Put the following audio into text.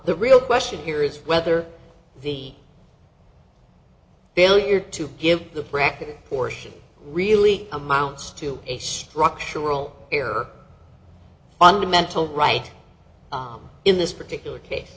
the real question here is whether the failure to give the practical portion really amounts to a structural error fundamental right in this particular case